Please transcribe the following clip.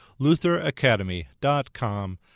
lutheracademy.com